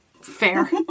Fair